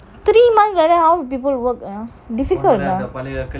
three months like that how people work you know difficult lah